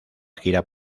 gira